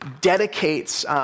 dedicates